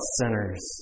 sinners